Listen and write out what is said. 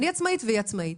אני עצמאית והיא עצמאית.